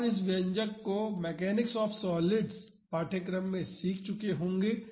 आप इस व्यंजक को मैकेनिक्स ऑफ़ सॉलिड्स पाठ्यक्रम में सीख चुके होंगे